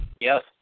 Yes